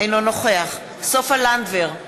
אינו נוכח סופה לנדבר,